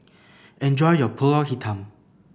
enjoy your Pulut Hitam